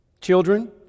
Children